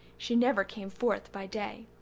she never came forth by day.